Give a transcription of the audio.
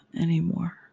anymore